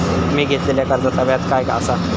मी घेतलाल्या कर्जाचा व्याज काय आसा?